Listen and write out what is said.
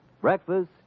Breakfast